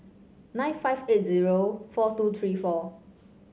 nine five eight zero four two three four